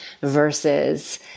versus